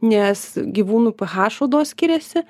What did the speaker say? nes gyvūnų ph odos skiriasi